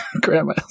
grandma